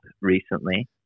recently